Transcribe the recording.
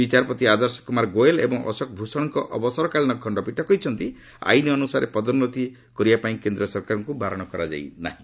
ବିଚାରପତି ଆଦର୍ଶ କୁମାର ଗୋଏଲ୍ ଏବଂ ଅଶୋକ ଭୂଷଣଙ୍କ ଅବସରକାଳୀନ ଖଣ୍ଡପୀଠ କହିଛନ୍ତି ଆଇନ୍ ଅନୁସାରେ ପଦୋନ୍ନତି କରିବା ପାଇଁ କେନ୍ଦ୍ର ସରକାରଙ୍କୁ ବାରଣ କରାଯାଇ ନାହିଁ